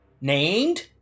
Named